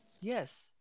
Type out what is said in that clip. Yes